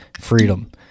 freedom